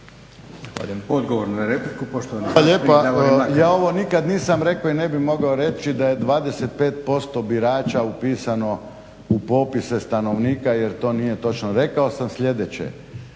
Odgovor na repliku,